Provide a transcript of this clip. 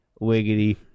wiggity